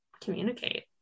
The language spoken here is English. communicate